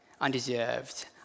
undeserved